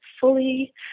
fully